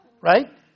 Right